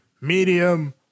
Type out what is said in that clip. medium